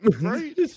Right